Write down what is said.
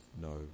no